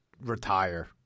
retire